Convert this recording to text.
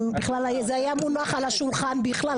אם בכלל זה היה מונח על השולחן בכלל,